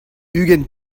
ugent